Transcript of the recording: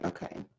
Okay